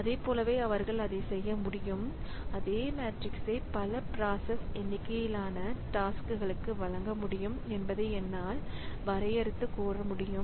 அதைப் போலவே அவர்கள் அதை செய்ய முடியும் அதே மேட்ரிக்ஸை பல ப்ராசஸ் எண்ணிக்கையிலான டாஸ்க்களுக்கு வழங்க முடியும் என்பதை என்னால் வரையறுத்து கூற முடியும்